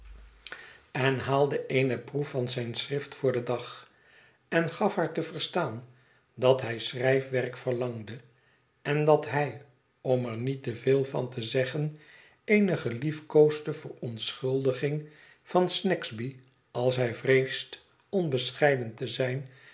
en haalde eene proef van zijn schrift voor den dag en gaf haar te verstaan dat hij schrijfwerk verlangde en dat hij om er niet te veel van te zeggen eene geliefkoosde verontschuldiging van snagsby als hij vreest onbescheiden te zijn